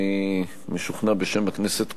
אני משוכנע בשם הכנסת כולה,